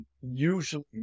usually